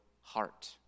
heart